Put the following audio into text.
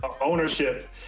ownership